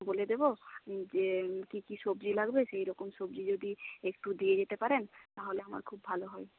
বলে দেব যে কী কী সবজি লাগবে সেইরকম সবজি যদি একটু দিয়ে যেতে পারেন তাহলে আমার খুব ভালো হয়